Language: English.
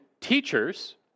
teachers